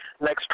Next